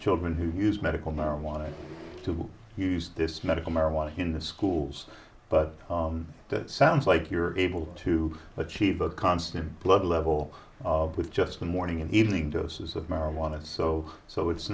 children who use medical marijuana to use this medical marijuana in the schools but that sounds like you're able to achieve a constant blood level with just the morning and evening doses of marijuana so so it's